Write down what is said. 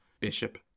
Bishop